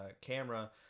camera